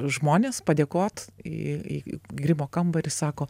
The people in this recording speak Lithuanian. žmonės padėkot į į grimo kambarį sako